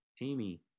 Amy